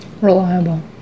reliable